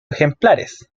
ejemplares